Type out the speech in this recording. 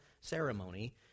ceremony